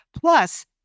plus